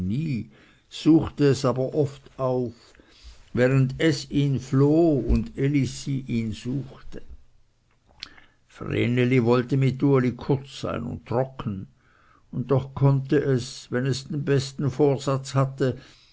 suchte es aber oft auf während es ihn floh und elisi ihn suchte vreneli wollte mit uli kurz sein und trocken und doch konnte es wenn es den besten vorsatz hatte